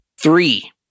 Three